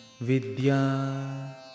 VIDYA